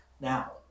now